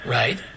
right